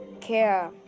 care